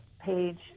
page